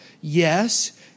yes